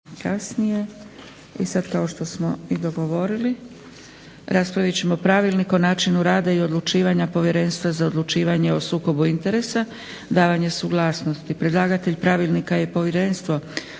(SDP)** I sad kao što smo i dogovorili raspravit ćemo - Pravilnik o načinu rada i odlučivanja Povjerenstva za odlučivanje o sukobu interesa – davanje suglasnosti Predlagatelj pravilnika je Povjerenstvo